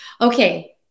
Okay